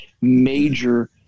major